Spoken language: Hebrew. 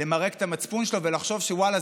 למרק את המצפון שלו ולחשוב שוואללה,